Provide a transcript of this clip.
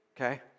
Okay